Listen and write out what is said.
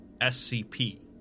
SCP